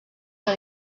que